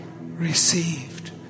Received